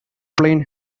plain